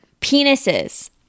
penises